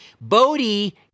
Bodhi